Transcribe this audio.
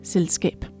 Selskab